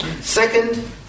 Second